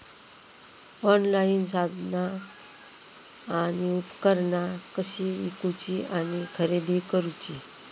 Online साधना आणि उपकरणा कशी ईकूची आणि खरेदी करुची?